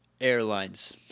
Airlines